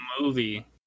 movie